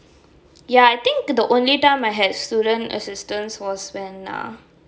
ya I think the only time I had student assistants was when err